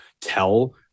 tell